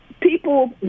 People